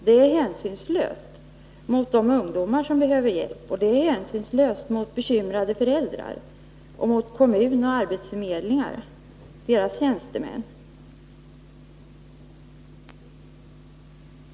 Det är hänsynslöst mot de ungdomar som behöver hjälp, och det är hänsynslöst mot bekymrade föräldrar, mot kommuner och arbetsförmedlingar och deras tjänstemän.